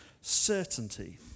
certainty